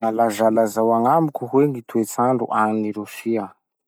Mba lazalazao agnamiko hoe gny toetsandro agny Rosia?